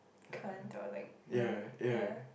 Kant or like the ya